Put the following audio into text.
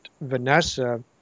Vanessa